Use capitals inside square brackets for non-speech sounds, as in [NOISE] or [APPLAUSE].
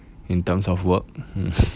in terms of work [LAUGHS]